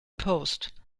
post